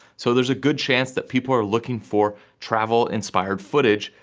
so there's a good chance that people are looking for travel-inspired footage,